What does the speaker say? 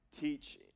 teach